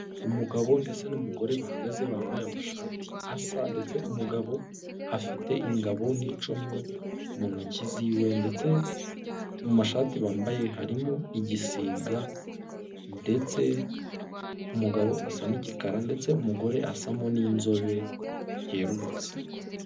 Umugabo ndetse n'umugore bahagaze bambaye amashati asa, ndetse umugabo afite ingabo n'icumu mu ntoki ziwe ndetse mu mashati bambaye harimo igisiga ndetse umugabo asa n'igikara ndetse umugore asamo n'inzobe yerurutse.